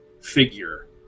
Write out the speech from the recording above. figure